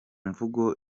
mvugo